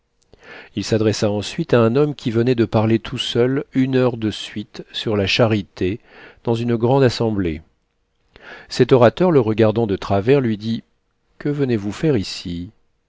il s'adressa ensuite à un homme qui venait de parler tout seul une heure de suite sur la charité dans une grande assemblée cet orateur le regardant de travers lui dit que venez-vous faire ici